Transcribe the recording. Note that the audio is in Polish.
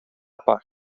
pach